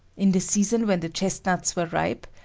in the season when the chestnuts were ripe,